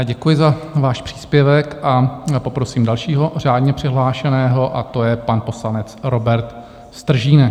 Děkuji za váš příspěvek a poprosím dalšího řádně přihlášeného, a to je pan poslanec Robert Stržínek.